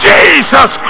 Jesus